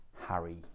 Harry